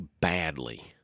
badly